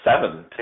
seven